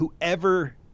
whoever